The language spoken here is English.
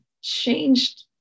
changed